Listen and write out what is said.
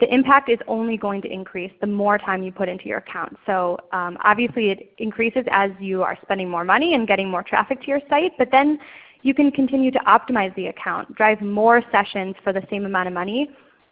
the impact is only going to increase the more time you put into your account. so obviously it increases as you are spending more money and getting more traffic to your site, but then you can continue to optimize the account, drive more sessions for the same amount of money